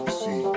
see